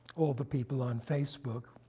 all the people on facebook,